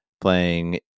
playing